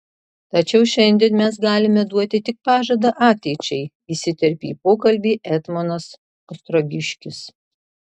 tačiau šiandien mes galime duoti tik pažadą ateičiai įsiterpė į pokalbį etmonas ostrogiškis